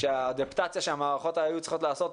האדפטציה שהמערכות האלה היו צריכות לעשות,